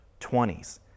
20s